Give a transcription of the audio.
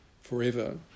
forever